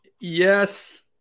yes